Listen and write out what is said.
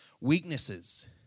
weaknesses